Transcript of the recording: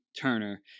Turner